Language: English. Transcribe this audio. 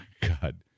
God